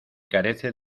carece